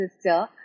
sister